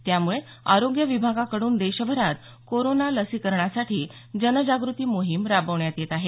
त्यामुळे आरोग्य विभागा कड्रन देशभरात कोरोना लसीकरणासाठी जनजागृती मोहीम राबवण्यात येत आहे